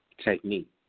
technique